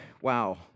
wow